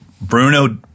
Bruno